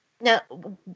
now